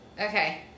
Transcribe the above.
Okay